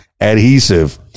adhesive